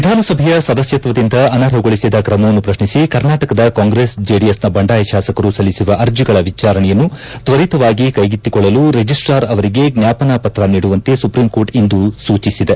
ವಿಧಾನಸಭೆಯ ಸದಸ್ಯತ್ವದಿಂದ ಅನರ್ಹಗೊಳಿಸಿದ ಕ್ರಮವನ್ನು ಪ್ರತ್ನಿಸಿ ಕರ್ನಾಟಕದ ಕಾಂಗ್ರೆಸ್ ಜೆಡಿಎಸ್ನ ಬಂಡಾಯ ಶಾಸಕರು ಸಲ್ಲಿಸಿರುವ ಅರ್ಜಿಗಳ ವಿಚಾರಣೆಯನ್ನು ತ್ವರಿತವಾಗಿ ಕೈಗೆತ್ತಿಕೊಳ್ಳಲು ರಿಜಿಸ್ಟಾರ್ ಅವರಿಗೆ ಜ್ವಾಪನಾ ಪತ್ರ ನೀಡುವಂತೆ ಸುಪ್ರೀಂ ಕೋರ್ಟ್ ಇಂದು ಸೂಚಿಸಿದೆ